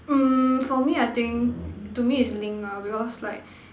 um for me I think to me it's linked ah because like